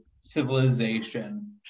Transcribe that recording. civilization